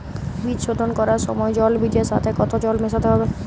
বীজ শোধন করার সময় জল বীজের সাথে কতো জল মেশাতে হবে?